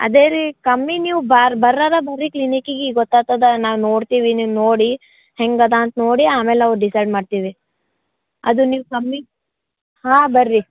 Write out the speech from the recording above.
ಅದೇ ರೀ ಕಮ್ಮಿ ನೀವು ಬರ್ ಬರ್ರದ ಬರ್ರಿ ಕ್ಲಿನಿಕಿಗಿ ಗೊತ್ತಾಗ್ತಾದ ನಾವು ನೋಡ್ತೀವಿ ನೀವು ನೋಡಿ ಹೆಂಗೆ ಅದಾ ಅಂತ್ ನೋಡಿ ಆಮೇಲೆ ನಾವು ಡಿಸೈಡ್ ಮಾಡ್ತೀವಿ ಅದು ನೀವು ಕಮ್ಮಿಗೆ ಹಾಂ ಬರ್ರಿ